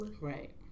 Right